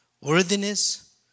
worthiness